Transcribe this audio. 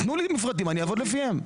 תנו לי מפרטים, ואעבוד לפיהם.